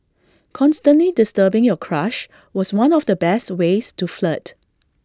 constantly disturbing your crush was one of the best ways to flirt